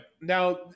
Now